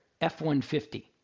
F-150